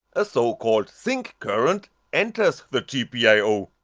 a so called sink current enters the gpio.